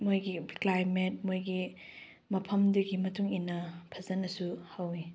ꯃꯣꯏꯒꯤ ꯀ꯭ꯂꯥꯏꯃꯦꯠ ꯃꯣꯏꯒꯤ ꯃꯐꯝꯗꯨꯒꯤ ꯃꯇꯨꯡ ꯏꯟꯅ ꯐꯖꯅꯁꯨ ꯍꯧꯏ